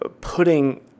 putting